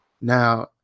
now